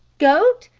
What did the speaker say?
goat,